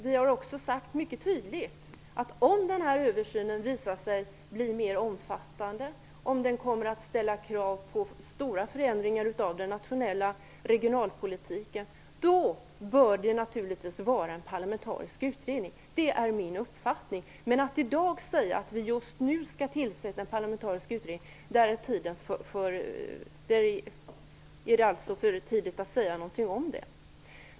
Vi har också mycket tydligt sagt att om den här översynen visar sig bli mer omfattande och om den kommer att ställa krav på stora förändringar av den nationella regionalpolitiken bör det naturligtvis tillsättas en parlamentarisk utredning. Det är min uppfattning. Men det är för tidigt att i dag säga att vi just nu skall tillsätta en parlamentarisk utredning.